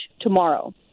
tomorrow